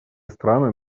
страны